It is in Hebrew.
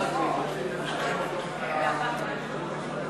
פיקוח אחיד על שימוש בתמיכה),